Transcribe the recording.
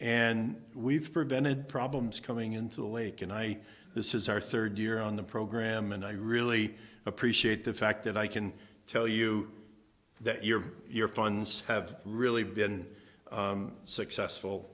and we've prevented problems coming into the lake and i this is our third year on the program and i really appreciate the fact that i can tell you that your your fun's have really been successful